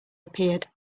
appeared